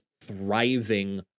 thriving